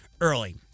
early